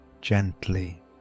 gently